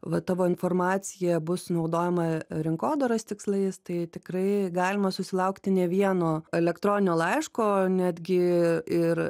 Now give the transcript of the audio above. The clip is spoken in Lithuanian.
va tavo informacija bus naudojama rinkodaros tikslais tai tikrai galima susilaukti ne vieno elektroninio laiško netgi ir